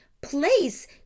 place